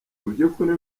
mubyukuri